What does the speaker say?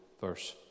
verse